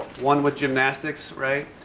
one with gymnastics, right?